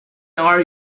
are